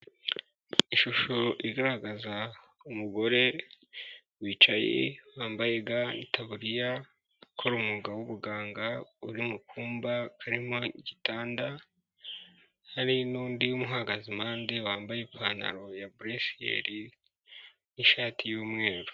Ishusho igaragaza umugore wicaye wambaye ga n'itaburiya, akora umwuga w'ubuganga, uri mu kumba karimo igitanda, hari n'undi umuhagaze impande wambaye ipantaro ya bureshiyeri n'ishati y'umweru.